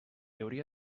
hauria